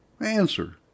Answer